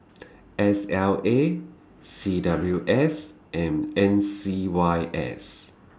S L A C W S and M C Y S